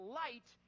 light